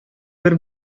бер